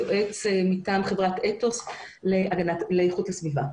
יועץ מטעם חברת אתוס לאיכות הסביבה.